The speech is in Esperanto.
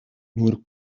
nur